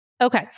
Okay